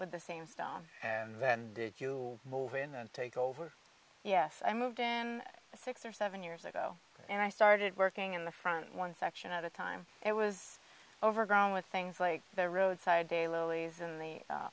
with the same stuff and then did you move in and take over yes i moved in six or seven years ago and i started working in the front one section at a time it was overgrown with things like the